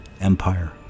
Empire